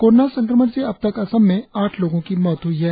corona संक्रमण से अब तक असम में आठ लोगों की मौत हुई है